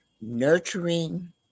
Nurturing